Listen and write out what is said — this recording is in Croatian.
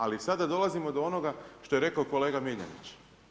Ali sada dolazimo do onoga što je rekao kolega Miljenić.